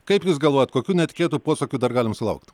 kaip jūs galvojat kokių netikėtų posūkių dar galim sulaukt